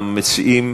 המציע?